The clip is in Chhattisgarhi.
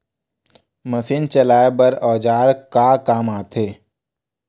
मशीन चलाए बर औजार का काम आथे?